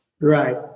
Right